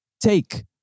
Take